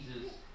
Jesus